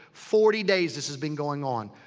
forty days this has been going on.